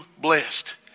blessed